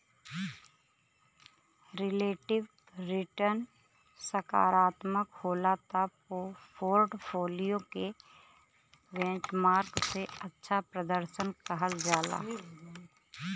relative return सकारात्मक होला त पोर्टफोलियो के बेंचमार्क से अच्छा प्रर्दशन कहल जाला